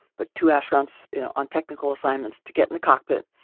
but two astronauts on technical assignments to get in the cockpit,